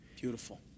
Beautiful